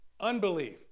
unbelief